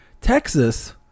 Texas